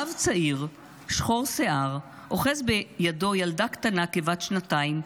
אב צעיר שחור שיער אוחז בידו ילדה קטנה כבת שנתיים,